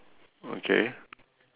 okay